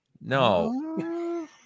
no